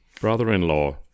brother-in-law